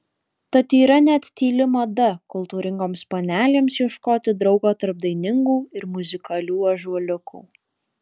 tad yra net tyli mada kultūringoms panelėms ieškoti draugo tarp dainingų ir muzikalių ąžuoliukų